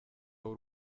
w’u